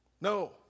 No